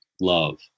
love